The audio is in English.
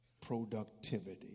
productivity